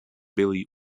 billy